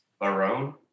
Barone